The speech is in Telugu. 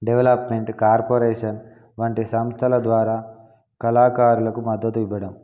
డెవలప్మెంట్ కార్పొరేషన్ వంటి సంస్థల ద్వారా కళాకారులకు మద్దతు ఇవ్వడం